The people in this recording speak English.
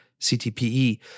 CTPE